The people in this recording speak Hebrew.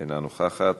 אינה נוכחת.